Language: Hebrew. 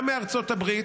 גם מארצות הברית,